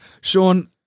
Sean